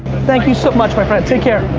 thank you so much my friend. take care.